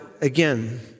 again